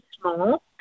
small